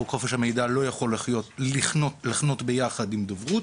חוק חופש המידע לא יכול לחנות ביחד עם דוברות,